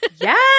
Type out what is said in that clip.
Yes